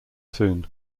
soon